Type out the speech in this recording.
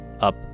up